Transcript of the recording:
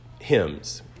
hymns